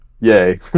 yay